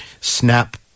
snap